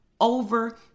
over